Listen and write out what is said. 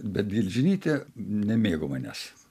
bet gelžinytė nemėgo manęs